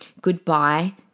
goodbye